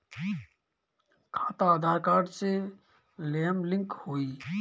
खाता आधार कार्ड से लेहम लिंक होई?